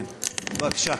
כן, בבקשה.